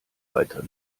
weiter